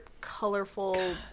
colorful